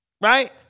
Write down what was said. Right